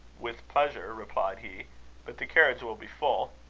with pleasure, replied he but the carriage will be full.